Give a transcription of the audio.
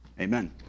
amen